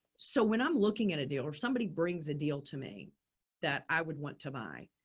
so when i'm looking at a deal or if somebody brings a deal to me that i would want to buy,